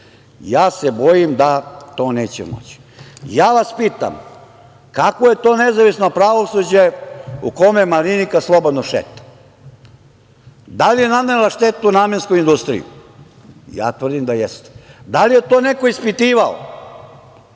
Ja se bojim da to neće moći. Ja vas pitam kakvo je to nezavisno pravosuđe u kome Marinika slobodno šeta? Da li je nanela štetu „Namenskoj industriji“? Ja tvrdim da jeste. Da li je to neko ispitivao